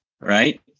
Right